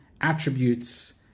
attributes